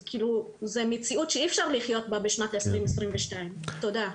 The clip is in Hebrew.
זה כאילו מציאות שאי אפשר לחיות בה בשנת 2022. תודה.